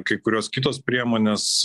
kai kurios kitos priemonės